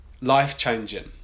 life-changing